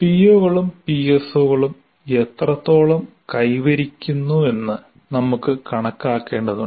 പിഒകളും പിഎസ്ഒകളും എത്രത്തോളം കൈവരിക്കുന്നുവെന്ന് നമുക്ക് കണക്കാക്കേണ്ടതുണ്ട്